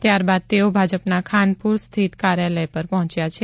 ત્યારબાદ તેઓ ભાજપના ખાનપૂર સ્થિત કાર્યાલય પર પહોંચ્યા છે